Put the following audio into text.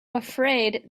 afraid